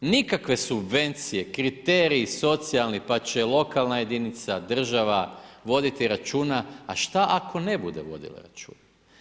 Nikakve subvencije, kriteriji, socijalni, pa će lokalna jedinica, država, voditi računa, a šta ako ne bude vodila računa.